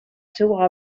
seua